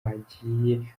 hagiye